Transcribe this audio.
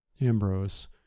ambrose